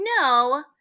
No